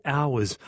hours